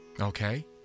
Okay